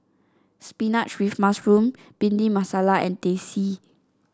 spinach with mushroom Bhindi Masala and Teh C